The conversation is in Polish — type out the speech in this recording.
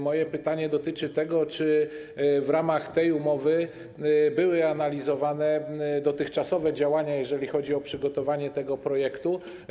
Moje pytanie dotyczy tego, czy w ramach tej umowy były analizowane dotychczasowe działania, jeżeli chodzi o przygotowanie tego projektu.